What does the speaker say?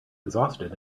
exhausted